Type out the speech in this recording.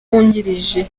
wungirije